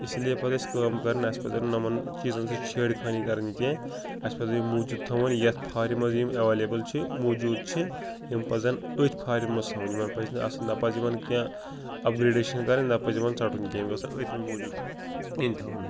اسی لیے پَزِ اَسہِ کٲم کَرٕنۍ اَسہِ پَزَن نَمَن چیٖزَن سۭتۍ چھیڑ خٲنی کَرٕنۍ کینٛہہ اَسہِ پَزَن یِم موٗجوٗد تھاوُن یَتھ فارِمہِ یِم ایویلیبٕل چھِ موٗجوٗد چھِ یِم پَزَن أتھۍ فارمہِ منٛز تھاوُن یِمَن پَزِ نہٕ اَتھ سۭتۍ نہ پَزِ یِمَن کینٛہہ اَپگرٛیڈیشَن کَرٕنۍ نہ پَزِ یِمَن ژَٹُن کینٛہہ یِم گژھن أتھۍ منٛز موٗجوٗد یِن تھاوٕنہٕ